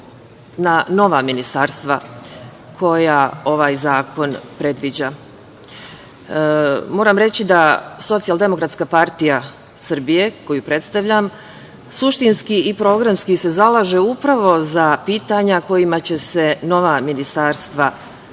na nova ministarstva koja ovaj zakon predviđa. Moram reći da se SDPS, koju predstavljam, suštinski i programski zalaže upravo za pitanja kojima će se nova ministarstva baviti,